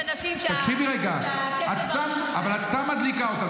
יש אנשים שהקשב והריכוז שלהם --- אבל את סתם מדליקה אותה,